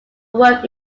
work